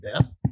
death